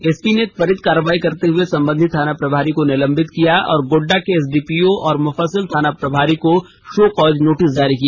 SP ने त्वरित कार्यवाही करते हुए संबंधित थाना प्रभारी को निलंबित किया और गोड्डा के एसडीपीओ और मुफस्सिल थाना प्रभारी को शो कॉज नोटिस जारी किया